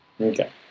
Okay